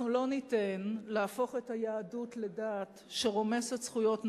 לא ניתן להפוך את היהדות לדת שרומסת זכויות נשים.